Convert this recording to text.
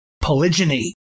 polygyny